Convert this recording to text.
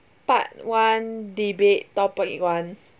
part one debate topic one